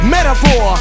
Metaphor